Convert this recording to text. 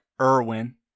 Irwin